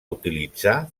utilitzar